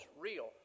real